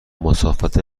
مسافت